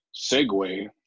segue